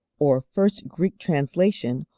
or first greek translation,